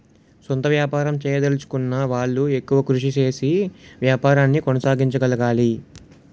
సొంత వ్యాపారం చేయదలచుకున్న వాళ్లు ఎక్కువ కృషి చేసి వ్యాపారాన్ని కొనసాగించగలగాలి